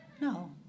no